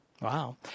Wow